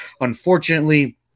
unfortunately